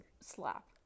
Slap